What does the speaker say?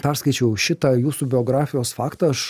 perskaičiau šitą jūsų biografijos faktą aš